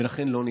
ולכן לא ניתן.